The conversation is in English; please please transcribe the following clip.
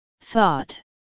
thought